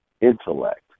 intellect